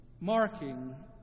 marking